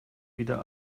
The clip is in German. wieder